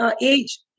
age